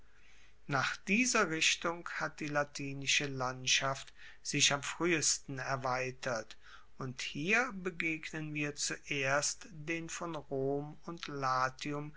nach dieser richtung hat die latinische landschaft sich am fruehesten erweitert und hier begegnen wir zuerst den von rom und latium